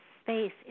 space